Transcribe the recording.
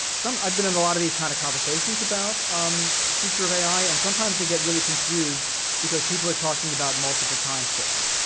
so i've been in a lot of these kind of conversations about um the future of ai. and sometimes, they get really confused because people are talking about multiple time scales.